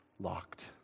locked